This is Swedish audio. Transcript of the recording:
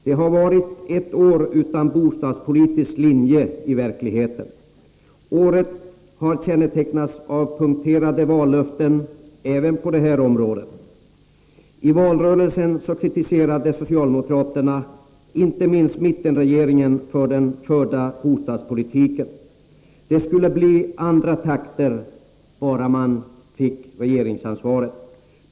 Det har varit ett år utan en bostadspolitisk linje. Året har kännetecknats av punkterade vallöften även på detta område. Under valrörelsen kritiserade socialdemokraterna inte minst mittenregeringen för den då förda bostadspolitiken. Det skulle bli andra takter bara man fick överta regeringsansvaret, hette det.